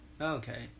Okay